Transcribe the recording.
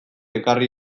ekarri